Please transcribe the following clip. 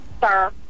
sir